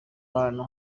hantu